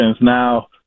Now